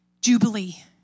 Jubilee